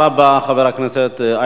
תודה רבה, חבר הכנסת אייכלר.